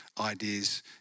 ideas